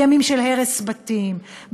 בימים של הרס בתים,